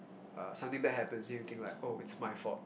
uh something bad happens to you then you think like oh it's my fault